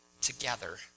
together